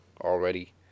already